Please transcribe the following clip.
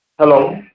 Hello